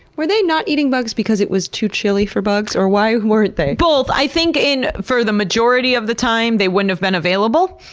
were they not eating bugs because it was too chilly for bugs, or why weren't they? both. i think for the majority of the time, they wouldn't have been available.